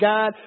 God